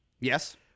Yes